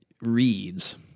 reads